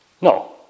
No